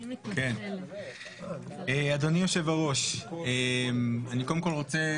אדוני יושב-הראש, קודם כל אני רוצה